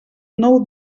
nou